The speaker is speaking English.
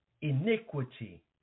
iniquity